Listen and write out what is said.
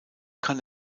kann